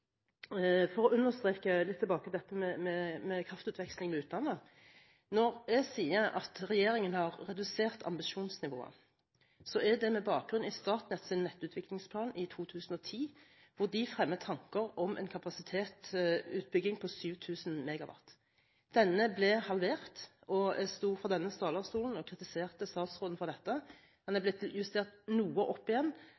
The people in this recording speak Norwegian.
For å understreke vil jeg litt tilbake til dette med kraftutveksling med utlandet. Når jeg sier at regjeringen har redusert ambisjonsnivået, er det med bakgrunn i Statnetts nettutviklingsplan fra 2010, hvor de fremmet tanker om en kapasitetsutbygging på 7 000 MW. Denne ble halvert, og jeg sto på denne talerstolen og kritiserte statsråden for dette.